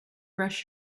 brush